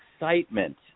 excitement